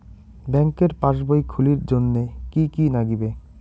ব্যাঙ্কের পাসবই খুলির জন্যে কি কি নাগিবে?